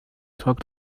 talk